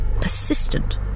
persistent